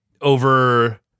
over